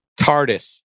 TARDIS